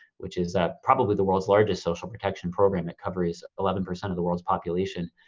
which is ah probably the world's largest social protection program that covers eleven percent of the world's population,